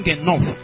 enough